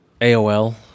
AOL